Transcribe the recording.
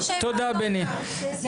בני, תודה.